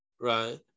right